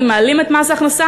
אם מעלים את מס ההכנסה,